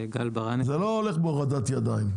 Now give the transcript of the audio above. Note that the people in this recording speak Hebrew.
זה לא הולך בהורדת ידיים.